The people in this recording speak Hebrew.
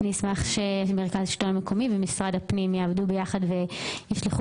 נשמח שמרכז שלטון מקומי ומשרד הפנים יעבדו יחד וישלחו